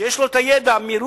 שיש לו את הידע מרוסיה,